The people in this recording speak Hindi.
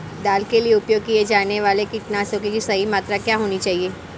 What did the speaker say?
दाल के लिए उपयोग किए जाने वाले कीटनाशकों की सही मात्रा क्या होनी चाहिए?